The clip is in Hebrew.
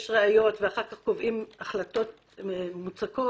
ראיות ואחר כך קובעים החלטות מוצקות,